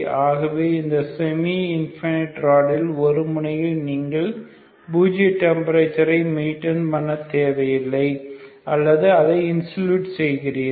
ஆகவே இந்த semi infinite ராடில் ஒரு முனையில் நீங்கள் பூஜ்ய டெம்பரேச்சர் ஐ மெய்டைன் பன்ன தேவை இல்லை அல்லது அதை இன்சலூட் செய்கிறீர்கள்